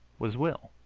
was will,